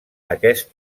aquest